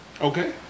okay